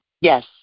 Yes